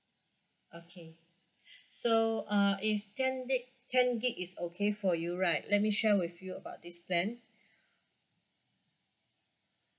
okay so uh if ten gig ten gig is okay for you right let me share with you about this plan